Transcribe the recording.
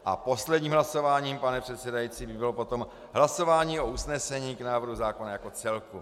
A posledním hlasováním, pane předsedající, by bylo potom hlasování o usnesení k návrhu zákona jako celku.